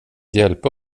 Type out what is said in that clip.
hjälpa